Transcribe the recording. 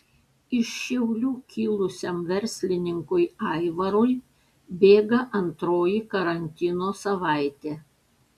iš šiaulių kilusiam verslininkui aivarui bėga antroji karantino savaitė